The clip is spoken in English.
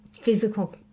physical